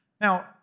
Now